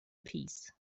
peace